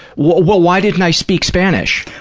why didn't i speak spanish?